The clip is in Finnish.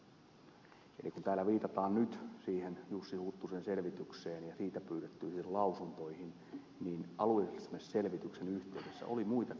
eli kun täällä viitataan nyt siihen jussi huttusen selvitykseen ja siitä pyydettyihin lausuntoihin niin alueellistamisselvityksen yhteydessä oli muitakin kaupunkeja kuin kuopio muun muassa oulu